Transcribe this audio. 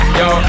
yo